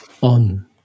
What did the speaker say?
on